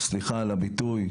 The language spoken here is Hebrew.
סליחה על הביטוי,